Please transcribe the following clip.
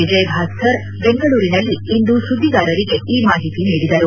ವಿಜಯ ಭಾಸ್ಕರ್ ಬೆಂಗಳೂರಿನಲ್ಲಿಂದು ಸುದ್ವಿಗಾರರಿಗೆ ಈ ಮಾಹಿತಿ ನೀಡಿದರು